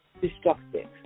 destructive